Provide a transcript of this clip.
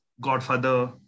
Godfather